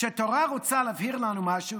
כשהתורה רוצה להבהיר לנו משהו,